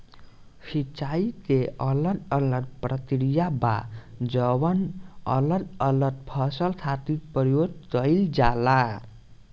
सिंचाई के अलग अलग प्रक्रिया बा जवन अलग अलग फसल खातिर प्रयोग कईल जाला